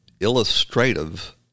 illustrative